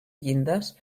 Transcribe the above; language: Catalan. llindes